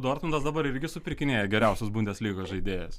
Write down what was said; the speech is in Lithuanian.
dortmundas dabar irgi supirkinėja geriausius bundeslygos žaidėjus